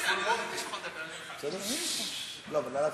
אין שר?